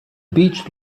beach